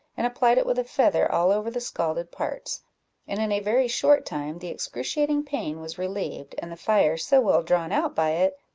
and applied it with a feather all over the scalded parts and in a very short time the excruciating pain was relieved, and the fire so well drawn out by it,